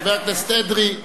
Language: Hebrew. חבר הכנסת אדרי,